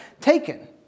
taken